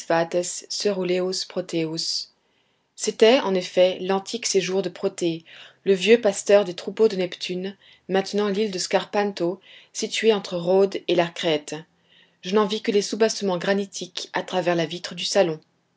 proteus c'était en effet l'antique séjour de protée le vieux pasteur des troupeaux de neptune maintenant l'île de scarpanto située entre rhodes et la crète je n'en vis que les soubassements granitiques à travers la vitre du salon